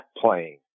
playing